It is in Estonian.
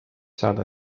saada